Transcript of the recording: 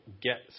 get